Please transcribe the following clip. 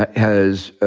has